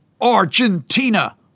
Argentina